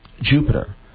Jupiter